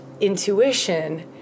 intuition